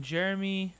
Jeremy